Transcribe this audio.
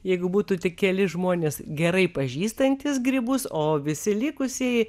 jeigu būtų tik keli žmonės gerai pažįstantys grybus o visi likusieji